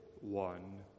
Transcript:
one